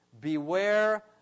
Beware